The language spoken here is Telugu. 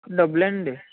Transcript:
డబ్బులు అండి